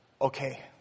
okay